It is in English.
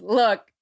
look